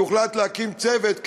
שהוחלט להקים צוות,